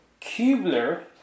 Kubler